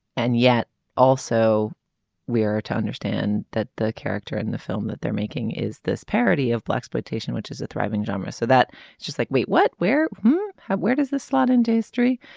and yet also we are to understand that the character in the film that they're making is this parody of blaxploitation which is a thriving genre. so that it's just like wait what where how where does this slot into history.